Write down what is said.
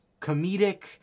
comedic